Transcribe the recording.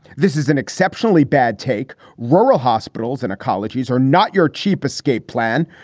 this is an exceptionally bad take. rural hospitals and colleges are not your cheap escape plan.